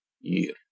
year